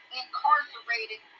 incarcerated